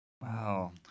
Wow